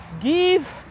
give